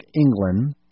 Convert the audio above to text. England